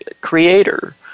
creator